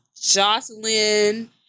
Jocelyn